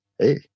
Hey